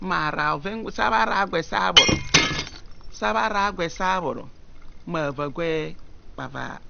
Mma bhara bhovem gwenne sebha ragwe bhabhoro, sabha ra gwe sa bhoro mma bha va gwe